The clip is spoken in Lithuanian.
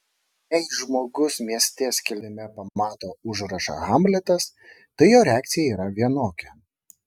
jei žmogus mieste skelbime pamato užrašą hamletas tai jo reakcija yra vienokia